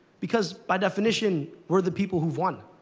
because, by definition, we're the people who've won.